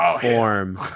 form